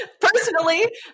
Personally